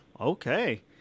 okay